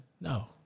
No